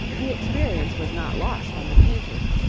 the experience was not lost on the painters,